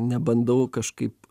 nebandau kažkaip